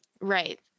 Right